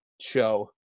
show